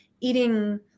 eating